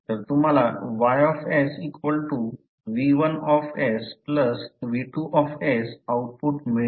तर तुम्हाला Y V1 V2 output मिळेल